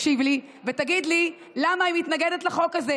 תקשיב לי ותגיד לי למה היא מתנגדת לחוק הזה,